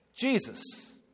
Jesus